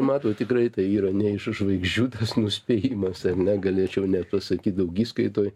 matot tikrai tai yra ne iš už žvaigždžių tas nuspėjimas ar ne galėčiau net pasakyt daugiskaitoj